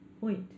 point